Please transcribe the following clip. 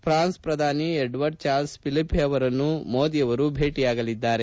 France ಪ್ರಧಾನಿ Edouard Charles Philippe ಅವರನ್ನೂ ಸಹ ಮೋದಿಯವರು ಭೇಟಿಯಾಗಲಿದ್ದಾರೆ